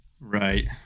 Right